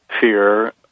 fear